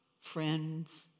friends